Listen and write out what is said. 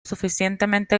suficientemente